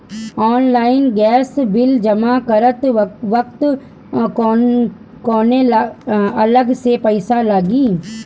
Online gas bill जमा करत वक्त कौने अलग से पईसा लागी?